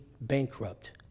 bankrupt